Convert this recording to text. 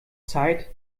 zeit